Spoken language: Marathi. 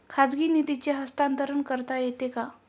खाजगी निधीचे हस्तांतरण करता येते का?